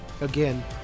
again